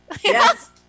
Yes